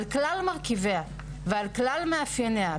על כלל מרכיביה ועל כלל מאפייניה,